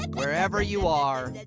wherever you are.